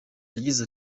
yagize